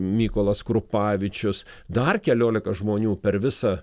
mykolas krupavičius dar keliolika žmonių per visą